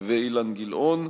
ואילן גילאון.